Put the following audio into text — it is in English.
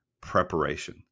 Preparation